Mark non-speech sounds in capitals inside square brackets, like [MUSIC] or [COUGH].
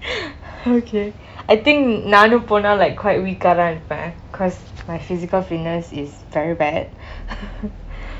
[NOISE] okay I think நானும் போனால்:naanum ponnal like quite weak இருப்பேன்:aaka iruppaen cause my physical fitness is very bad [NOISE]